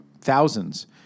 thousands